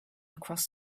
across